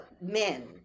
men